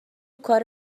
کار